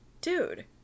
dude